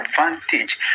advantage